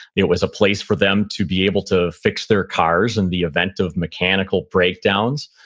it was a place for them to be able to fix their cars in the event of mechanical breakdowns.